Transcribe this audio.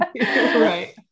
right